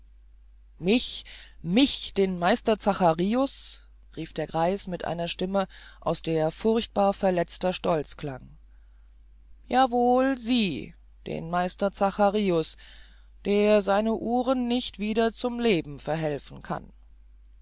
mich mich den meister zacharius rief der greis mit einer stimme aus der furchtbar verletzter stolz klang ja wohl sie den meister zacharius der seinen uhren nicht wieder zum leben verhelfen kann